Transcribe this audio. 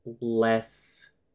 less